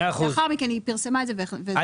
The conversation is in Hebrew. לאחר מכן היא פרסמה את זה.